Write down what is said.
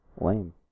lame